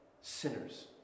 sinners